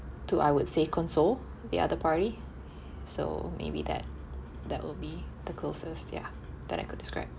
to I would say console the other party so maybe that that will be the closest ya that I could describe